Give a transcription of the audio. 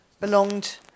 belonged